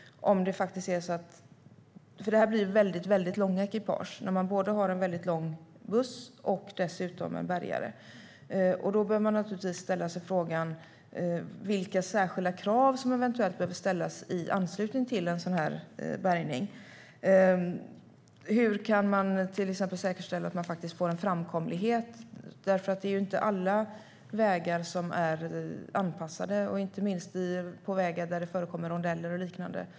Det blir väldigt långa ekipage om man har en lång buss och dessutom en bärgare. Då bör man naturligtvis ställa sig frågan: Vilka särskilda krav behöver eventuellt ställas i anslutning till en sådan här bärgning? Hur kan man till exempel säkerställa att man får en framkomlighet? Det är inte alla vägar som är anpassade. Inte minst gäller det vägar där det förekommer rondeller eller liknande.